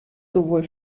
sowohl